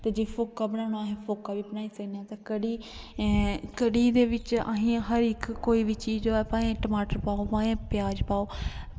जे फोका बनाना होऐ ते अस फोका बी बनाई सकने ते जे कढ़ी कढ़ी दे भामें प्याज़ पाओ बिच असें हर इक्क कोई बी चीज़ होऐ भामें टमाटर पाओ